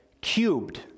cubed